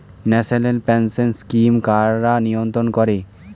National pension scheme কারা নিয়ন্ত্রণ করে?